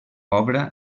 obra